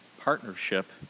partnership